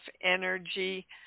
energy